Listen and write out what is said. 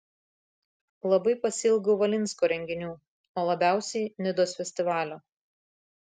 labai pasiilgau valinsko renginių o labiausiai nidos festivalio